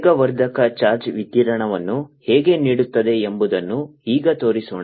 ವೇಗವರ್ಧಕ ಚಾರ್ಜ್ ವಿಕಿರಣವನ್ನು ಹೇಗೆ ನೀಡುತ್ತದೆ ಎಂಬುದನ್ನು ಈಗ ತೋರಿಸೋಣ